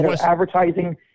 advertising